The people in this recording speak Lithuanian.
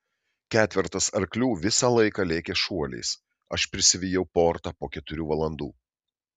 ketvertas arklių visą laiką lėkė šuoliais aš prisivijau portą po keturių valandų